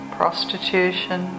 prostitution